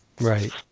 Right